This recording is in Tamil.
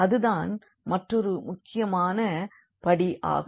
அதுதான் மற்றொரு முக்கியமான படியாகும்